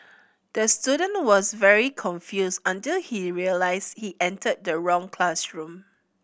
the student was very confused until he realised he entered the wrong classroom